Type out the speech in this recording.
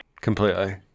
completely